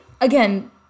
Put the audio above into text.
again